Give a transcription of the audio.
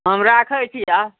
हम राखै छी आब